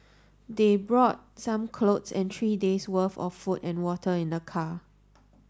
they brought some clothes and three days' worth of food and water in their car